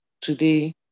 Today